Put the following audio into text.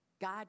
God